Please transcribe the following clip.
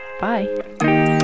Bye